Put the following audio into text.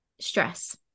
stress